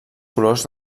colors